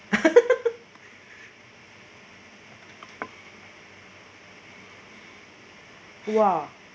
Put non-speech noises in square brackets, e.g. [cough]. [laughs] !wah!